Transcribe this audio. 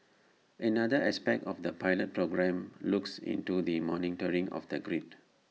another aspect of the pilot programme looks into the monitoring of the grid